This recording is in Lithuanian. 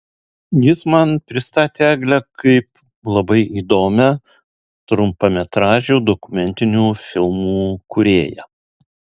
jis man pristatė eglę kaip labai įdomią trumpametražių dokumentinių filmų kūrėją